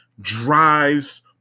drives